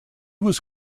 was